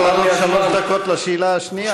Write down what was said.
אבל אתה בחרת לענות שלוש דקות על השאלה השנייה.